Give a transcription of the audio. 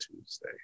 Tuesday